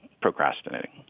procrastinating